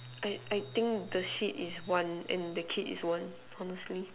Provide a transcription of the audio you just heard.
I I I think the hit is one and the kid is one honestly